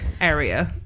area